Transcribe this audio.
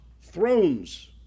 thrones